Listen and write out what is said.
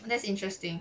that's interesting